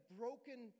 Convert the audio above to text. broken